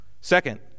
Second